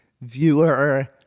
viewer